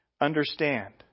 Understand